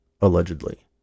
allegedly